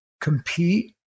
compete